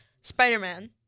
Spider-Man